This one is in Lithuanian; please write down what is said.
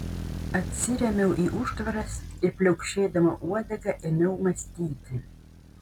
atsirėmiau į užtvaras ir pliaukšėdama uodega ėmiau mąstyti